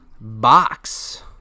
Box